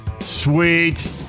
Sweet